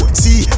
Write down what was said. see